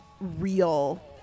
real